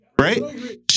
Right